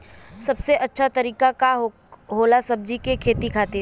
सबसे अच्छा तरीका का होला सब्जी के खेती खातिर?